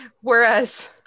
whereas